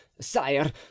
sire